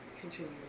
continue